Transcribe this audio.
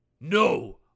No